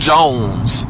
Jones